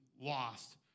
lost